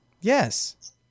Yes